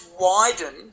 widen